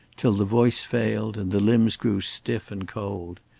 till the voice failed and the limbs grew stiff and cold.